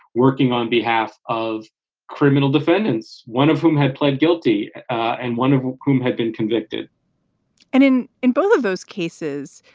working on behalf of criminal defendants, one of whom had pled guilty and wonderful, whom had been convicted and in in both of those cases,